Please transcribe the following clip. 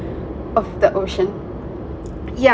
of the ocean yeah